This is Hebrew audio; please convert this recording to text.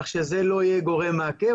כך שזה לא יהיה גורם מעכב.